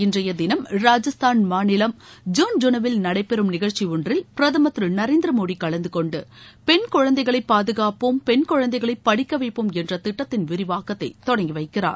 இன்றைய தினம் ராஜஸ்தான் மாநிலம் ஜுன்ஜனுவில் நடைபெறும் நிகழ்ச்சி ஒன்றில் பிரதமர் திரு நரேந்திரமோடி கலந்து கொண்டு பெண் குழந்தைகளை பாதுகாப்போம் பெண் குழந்தைகளை படிக்க வைப்போம் என்ற திடடத்தின் விரிவாக்கத்தை தொடங்கி வைக்கிறார்